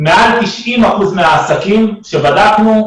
מעל 90 אחוזים מהעסקים שבדקנו,